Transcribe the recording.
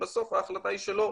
שבסוף ההחלטה היא שלו,